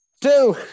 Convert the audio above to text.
two